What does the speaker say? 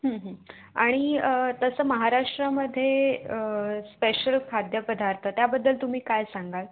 आणि तसं महाराष्ट्रामध्ये स्पेशल खाद्यपदार्थ त्याबद्दल तुम्ही काय सांगाल